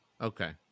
Okay